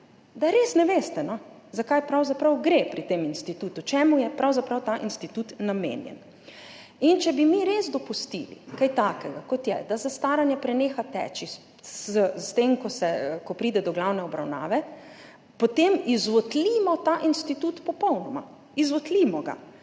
da res ne veste, no, za kaj pravzaprav gre pri tem institutu, čemu je pravzaprav ta institut namenjen. Če bi mi res dopustili kaj takega, kot je, da zastaranje preneha teči s tem, ko pride do glavne obravnave, potem popolnoma izvotlimo ta institut. Izvotlimo ga,